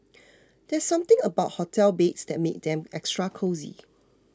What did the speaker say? there's something about hotel beds that makes them extra cosy